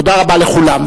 תודה רבה לכולם.